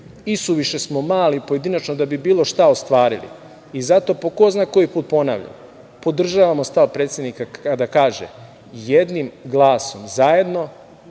Isuviše smo mali pojedinačno da bi bilo šta ostvarili i zato po ko zna koji put ponavljam da podržavamo stav predsednika kada kaže - jednim glasom zajedno